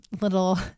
little